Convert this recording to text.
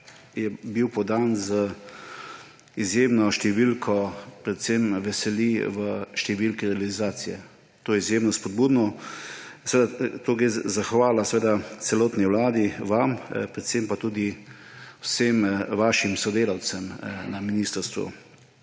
je bil podan z izjemno številko. Predvsem me veseli številka realizacije. To je izjemno spodbudno. Zahvala gre seveda celotni vladi, vam, predvsem pa tudi vsem vašim sodelavcem na ministrstvu,